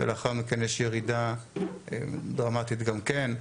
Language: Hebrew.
ולאחר מכן יש ירידה דרמטית גם כן.